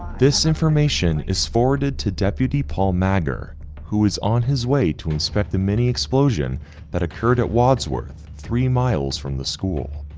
this information is forwarded to deputy paul magor who is on his way to inspect the mini explosion that occurred at wodsworth three miles from the school.